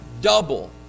double